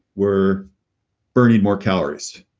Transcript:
we're burning more calories.